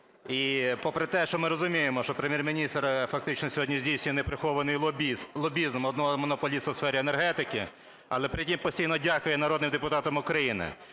І попри те, що ми розуміємо, що Прем'єр-міністр фактично сьогодні здійснює неприхований лобізм одного монополіста в сфері енергетики, але при тім постійно дякує народним депутатам України.